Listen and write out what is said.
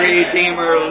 Redeemer